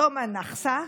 יום הנכסה,